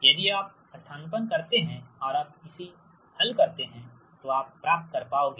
यदि आप स्थानापन्न करते हैं और आप इसी हल करते हैं तो आप प्राप्त कर पाओगे